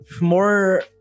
more